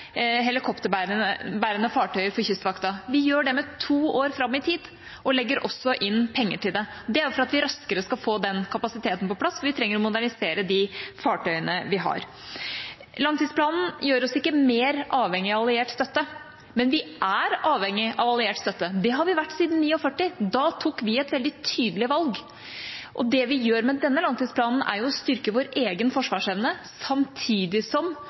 helikopterbærende fartøyer for Kystvakten. Vi gjør det med to år fram i tid og legger også inn penger til det. Det er for at vi raskere skal få den kapasiteten på plass, og vi trenger å modernisere de fartøyene vi har. Langtidsplanen gjør oss ikke mer avhengig av alliert støtte, men vi er avhengig av alliert støtte. Det har vi vært siden 1949. Da tok vi et veldig tydelig valg, og det vi gjør med denne langtidsplanen, er å styrke vår egen forsvarsevne, samtidig som